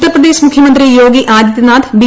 ഉത്തർപ്രദേശ് മുഖ്യമന്ത്രി യോഗി ആദിത്യ നാഥ് ബി